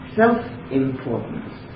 self-importance